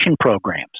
programs